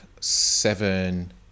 seven